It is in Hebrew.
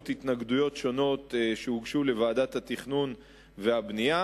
התנגדויות שונות שהוגשו לוועדת התכנון והבנייה,